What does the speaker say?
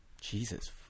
Jesus